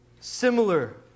similar